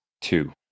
Two